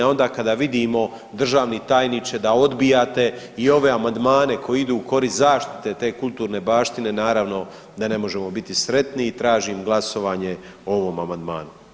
A onda kada vidimo državni tajničke da odbijate i ove amandmane koji idu u korist zaštite te kulturne baštine, naravno da ne možemo biti sretni i tražim glasovanje o ovom amandmanu.